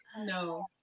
no